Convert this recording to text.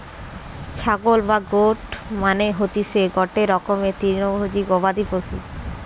ছাগল বা গোট মানে হতিসে গটে রকমের তৃণভোজী গবাদি পশু